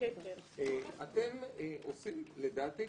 אתם עושים לדעתי,